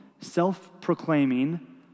self-proclaiming